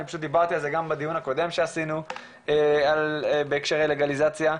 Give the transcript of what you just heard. אני פשוט דיברתי על זה גם בדיון הקודם שעשינו בהקשרי לגליזציה,